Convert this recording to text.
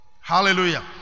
Hallelujah